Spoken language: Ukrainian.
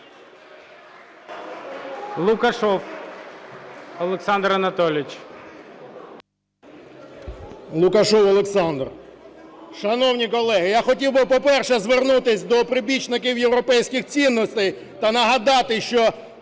ЛУКАШЕВ О.А. Лукашев Олександр. Шановні колеги, я хотів би, по-перше, звернутися до прибічників європейських цінностей та нагадати, що